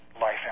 life